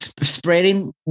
spreading